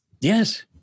Yes